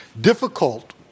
difficult